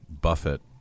Buffett